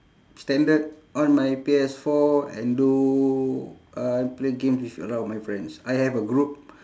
standard on my P_S four and do uh I play games with a lot of my friends I have a group